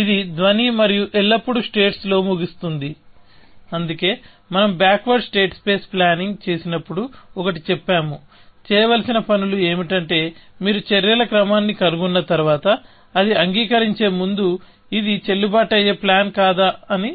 ఇది ధ్వని మరియు మీరు ఎల్లప్పుడూ స్టేట్స్లో ముగుస్తుంది అందుకే మనం బ్యాక్వర్డ్ స్టేట్ స్పేస్ ప్లానింగ్ చేసినప్పుడు ఒకటి చెప్పాము చేయవలసిన పనులు ఏమిటంటే మీరు చర్యల క్రమాన్ని కనుగొన్న తర్వాత అది అంగీకరించే ముందు ఇది చెల్లుబాటు అయ్యే ప్లాన్ కాదా అని తనిఖీ చేయాలి